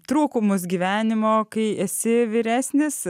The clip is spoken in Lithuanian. trūkumus gyvenimo kai esi vyresnis